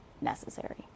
necessary